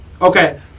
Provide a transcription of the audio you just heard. Okay